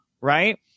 Right